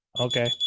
Okay